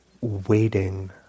waiting